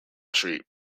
treat